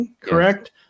Correct